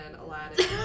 Aladdin